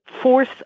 force